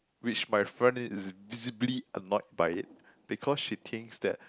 which my friend is visibly annoyed by it because she thinks that